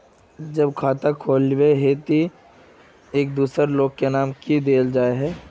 जब खाता खोलबे ही टी एक दोसर लोग के नाम की देल जाए है?